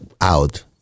out